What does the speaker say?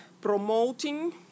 promoting